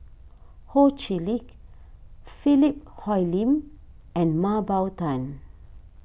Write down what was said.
Ho Chee Lick Philip Hoalim and Mah Bow Tan